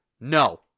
No